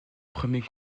premier